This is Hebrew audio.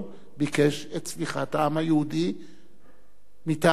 ביקש את סליחת העם היהודי מטעם העם